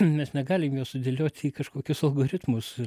mes negalim jo sudėlioti į kažkokius algoritmus